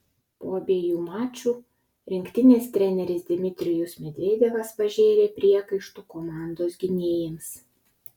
po abiejų mačų rinktinės treneris dmitrijus medvedevas pažėrė priekaištų komandos gynėjams